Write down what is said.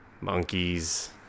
monkeys